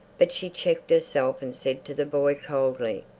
but she checked herself and said to the boy coldly,